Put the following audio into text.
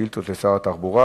שאילתות לשר התחבורה.